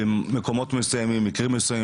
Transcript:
במקומות מסוימים ומקרים מסוימים,